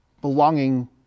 belonging